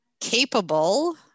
capable